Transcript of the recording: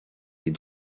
les